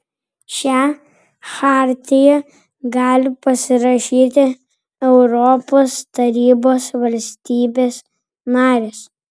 šią chartiją gali pasirašyti europos tarybos valstybės narės